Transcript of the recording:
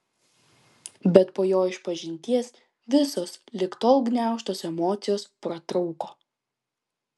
bet po jo išpažinties visos lig tol gniaužtos emocijos pratrūko